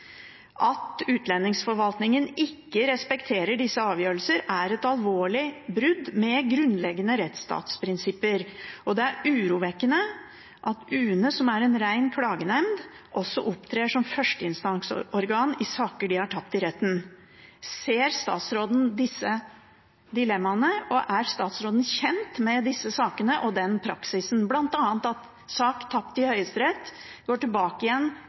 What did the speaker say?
At utlendingsforvaltningen ikke respekterer disse avgjørelsene, er et alvorlig brudd med grunnleggende rettsstatsprinsipper, og det er urovekkende at UNE, som er en ren klagenemnd, også opptrer som førsteinstansorgan i saker de har tatt til retten. Ser statsråden disse dilemmaene? Og er statsråden kjent med disse sakene og denne praksisen, bl.a. at sak tapt i Høyesterett går tilbake igjen